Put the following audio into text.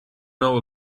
know